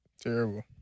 terrible